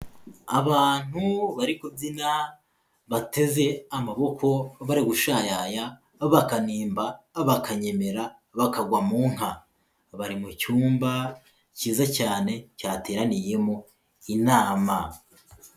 Abantu bari kubyina bateze amaboko barigushayaya, bakanimba, bakanyemera, bakagwa mu nka, bari mu cyumba cyiza cyane cyateraniyemo inama.